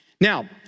Now